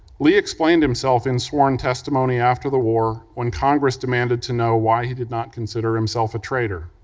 lee explained himself in sworn testimony after the war when congress demanded to know why he did not consider himself a traitor.